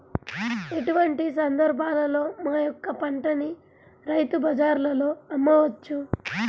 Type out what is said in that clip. ఎటువంటి సందర్బాలలో మా యొక్క పంటని రైతు బజార్లలో అమ్మవచ్చు?